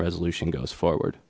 resolution goes forward